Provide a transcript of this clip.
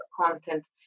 content